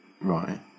Right